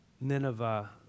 Nineveh